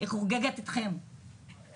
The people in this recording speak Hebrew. היא חוגגת איתכם,